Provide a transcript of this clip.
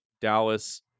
Dallas